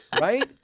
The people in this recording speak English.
Right